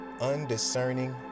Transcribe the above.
undiscerning